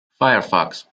firefox